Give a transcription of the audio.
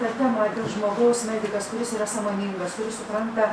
tą temą dėl žmogaus medikas kuris yra sąmoningas kuris supranta